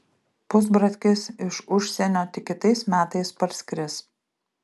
pusbratkis iš užsienio tik kitais metais parskris